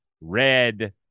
red